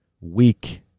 Weak